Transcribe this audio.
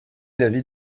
l’avis